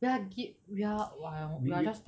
we are gi~ we are well we are just